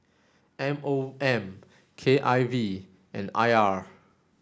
M O M K I V and I R